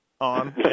on